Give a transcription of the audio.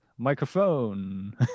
microphone